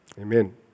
Amen